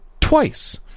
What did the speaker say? twice